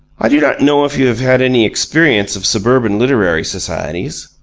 i do not know if you have had any experience of suburban literary societies,